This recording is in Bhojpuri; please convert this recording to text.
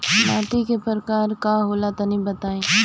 माटी कै प्रकार के होला तनि बताई?